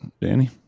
Danny